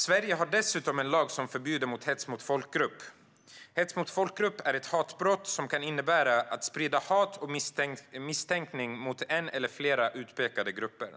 Sverige har dessutom en lag som förbjuder hets mot folkgrupp. Hets mot folkgrupp är ett hatbrott som kan innebära att sprida hat och missaktning mot en eller flera utpekade grupper.